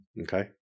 Okay